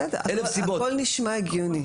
בסדר, הכול נשמע הגיוני.